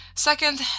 Second